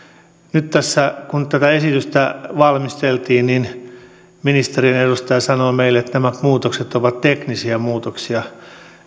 nyt tässä kun tätä esitystä valmisteltiin ministeriön edustaja sanoi meille että nämä muutokset ovat teknisiä muutoksia